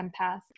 empath